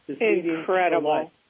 Incredible